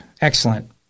Excellent